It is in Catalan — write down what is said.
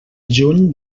juny